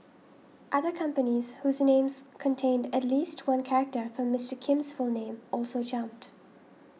other companies whose names contained at least one character from Mister Kim's full name also jumped